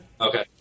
Okay